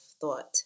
thought